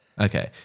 Okay